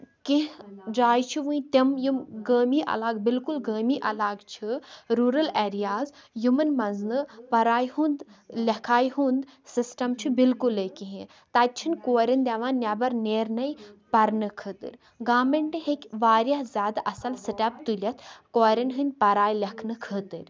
کینٛہہ جایہِ چھِ وۄنۍ تِم یِم گٲمی علاقہٕ بالکُل گٲمی علاقہٕ چھِ رُورل ایریاز یِمن منٛز نہٕ پڑایہِ ہُنٛد لِکھایہِ ہُنٛد سِسٹم چھُ نہٕ بِالکُٕے کِہینۍ تَتہِ چھِ نہٕ کورٮ۪ن دِوان نٮ۪بر نیرنے پَرنہٕ خٲطرٕ